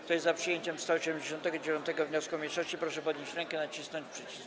Kto jest za przyjęciem 189. wniosku mniejszości, proszę podnieść rękę i nacisnąć przycisk.